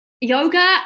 yoga